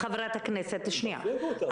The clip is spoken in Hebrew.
החריגו אותם.